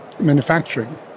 manufacturing